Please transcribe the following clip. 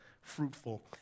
fruitful